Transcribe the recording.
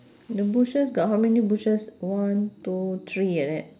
the bushes got how many bushes one two three like that